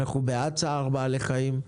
אנחנו בעד צער בעלי חיים,